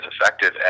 effective